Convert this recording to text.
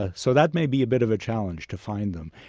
ah so that may be a bit of a challenge to find them.